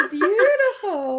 beautiful